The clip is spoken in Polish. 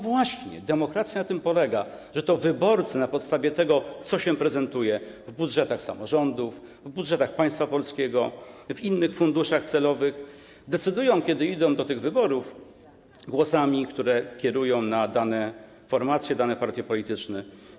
Właśnie, demokracja na tym polega, że to wyborcy na podstawie tego, co się prezentuje w budżetach samorządów, w budżetach państwa polskiego, w innych funduszach celowych, decydują, kiedy idą do wyborów, głosami, które kierują na dane formacje, dane partie polityczne.